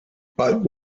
but